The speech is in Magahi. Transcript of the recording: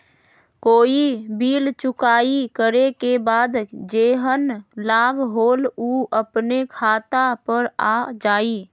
कोई बिल चुकाई करे के बाद जेहन लाभ होल उ अपने खाता पर आ जाई?